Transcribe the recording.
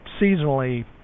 seasonally